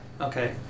okay